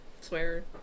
swear